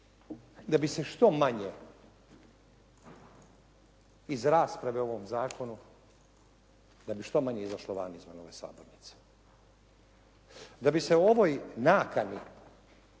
Da bi se što manje iz rasprave o ovom zakonu, da bi što manje izašlo van iz ove sabornice. Da bi se u ovoj nakani